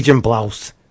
blouse